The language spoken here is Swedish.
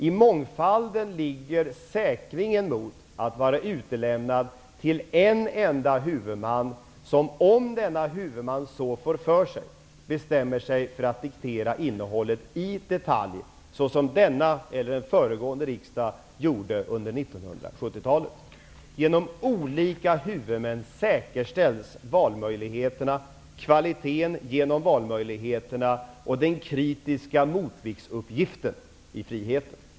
I mångfalden ligger försäkringen mot att vara utelämnad till en enda huvudman som, om denna huvudman så får för sig, kan diktera innehållet i detalj. Det gjorde en föregående riksdag under 1970-talet. Genom olika huvudmän säkerställs valmöjligheterna, kvaliteten och uppgiften att fungera som kritisk motvikt.